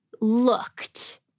looked